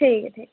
ठीक ऐ ठीक ऐ